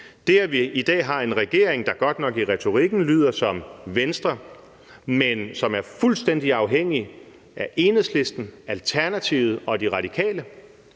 Det, at vi i dag har en regering, der godt nok i retorikken lyder som Venstre, men som er fuldstændig afhængig af Enhedslisten, Alternativet og De Radikale,